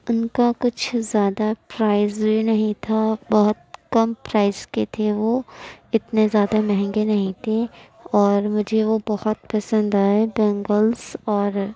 اُن کا کچھ زیادہ پرائز بھی نہیں تھا بہت کم پرائز کے تھے وہ اتنے زیادہ مہنگے نہیں تھے اور مجھے وہ بہت پسند آئے بینگلس اور